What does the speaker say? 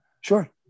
sure